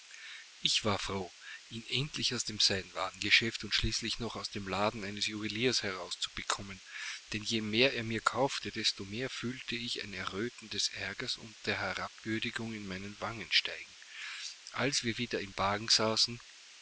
ich war froh ihn endlich aus dem seidenwarengeschäft und schließlich noch aus dem laden eines juweliers herauszubekommen denn je mehr er mir kaufte desto mehr fühlte ich ein erröten des ärgers und der herabwürdigung in meine wangen steigen als wir wieder im wagen saßen